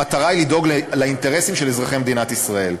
המטרה היא לדאוג לאינטרסים של אזרחי מדינת ישראל.